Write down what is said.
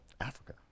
Africa